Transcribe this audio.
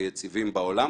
והיציבים בעולם,